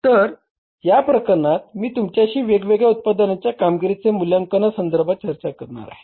तर या प्रकरणात मी तुमच्याशी वेगवेगळ्या उत्पादनांच्या कामगिरीच्या मूल्यांकना संधर्भात चर्चा करणार आहे